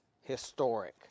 historic